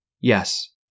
Yes